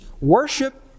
worship